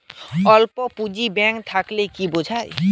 স্বল্প পুঁজির ব্যাঙ্ক বলতে কি বোঝায়?